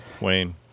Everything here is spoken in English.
Wayne